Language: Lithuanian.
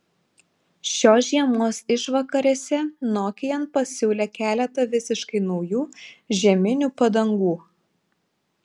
šios žiemos išvakarėse nokian pasiūlė keletą visiškai naujų žieminių padangų